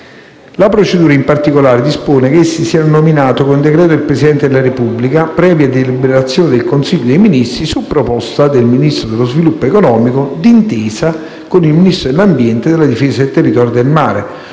La procedura, in particolare, dispone che essi siano nominati con decreto del Presidente della Repubblica, previa deliberazione del Consiglio dei ministri, su proposta del Ministro dello sviluppo economico, d'intesa con il Ministro dell'ambiente e della difesa del territorio e del mare,